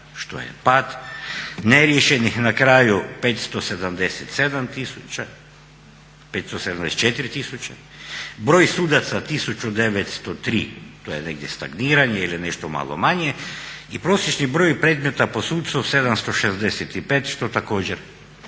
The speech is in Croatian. što je pad, neriješenih na kraju 574 000. Broj sudaca 1903, to je negdje stagniranje ili nešto malo manje i prosječni broj predmeta po sucu 765 što također